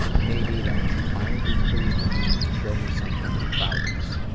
maybe then she'd finally be pleased with me and show me some kind of proudness.